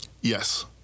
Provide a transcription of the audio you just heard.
Yes